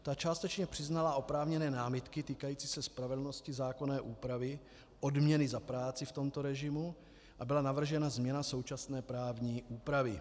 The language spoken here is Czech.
Ta částečně přiznala oprávněné námitky týkající se spravedlnosti zákonné úpravy odměny za práci v tomto režimu a byla navržena změna současné právní úpravy.